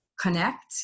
connect